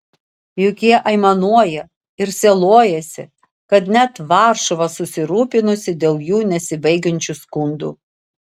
juk jie aimanuoja ir sielojasi kad net varšuva susirūpinusi dėl jų nesibaigiančių skundų